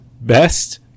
Best